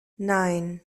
nine